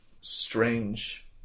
strange